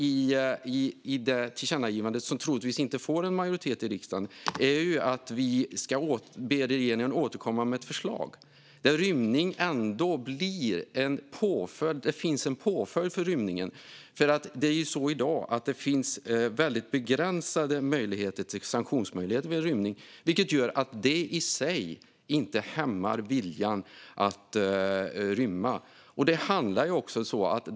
I det tillkännagivande som troligtvis inte får en majoritet i riksdagen ber vi regeringen att återkomma med ett förslag om att det ska bli en påföljd av rymning. I dag finns det väldigt begränsade sanktionsmöjligheter vid en rymning. Det i sig gör att viljan att rymma inte hämmas.